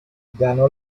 ganó